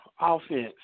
offense